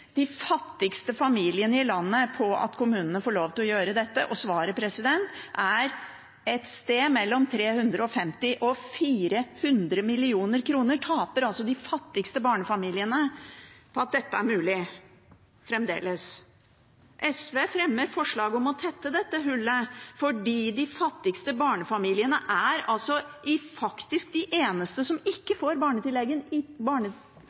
de fattigste familiene i landet på at kommunene får lov til å gjøre dette? Svaret er at et sted mellom 350 mill. og 400 mill. kr taper de fattigste barnefamiliene på at dette fremdeles er mulig. SV fremmer forslaget om å tette dette hullet fordi de fattigste barnefamiliene faktisk er de eneste som ikke får barnetrygden i